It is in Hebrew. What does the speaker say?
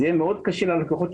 זה יהיה מאוד קשה ללקוחות,